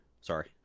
Sorry